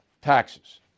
taxes